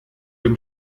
dem